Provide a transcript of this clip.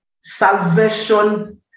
Salvation